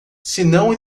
senão